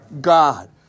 God